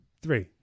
Three